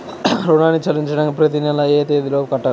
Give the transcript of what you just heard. రుణాన్ని చెల్లించడానికి ప్రతి నెల ఏ తేదీ లోపు కట్టాలి?